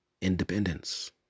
Independence